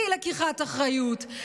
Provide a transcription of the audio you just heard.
אי-לקיחת אחריות,